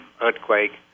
earthquake